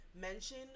mention